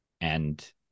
and-